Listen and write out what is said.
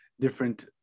different